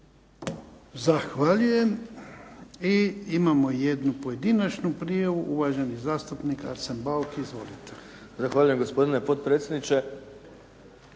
Zahvaljujem. I imamo jednu pojedinačnu prijavu uvaženi zastupnik Arsen Bauk. Izvolite. **Bauk, Arsen (SDP)** Zahvaljujem gospodine potpredsjedniče.